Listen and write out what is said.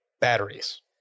batteries